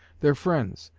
their friends,